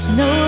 no